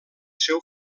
seu